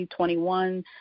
2021